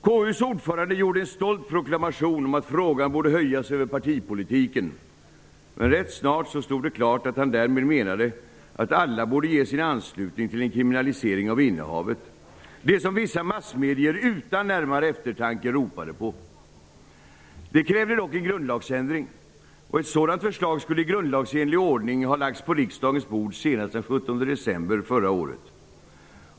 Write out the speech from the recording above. KU:s ordförande gjorde en stolt proklamation om att frågan borde höjas över partipolitiken. Men rätt snart stod det klart att han därmed menade att alla borde ansluta sig till kravet på en kriminalisering av innehavet; något som vissa massmedier utan närmare eftertanke ropade på. Det krävde dock en grundlagsändring, och ett sådant förslag skulle i grundlagsenlig ordning ha lagts på riksdagens bord senast den 17 december förra året.